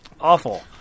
Awful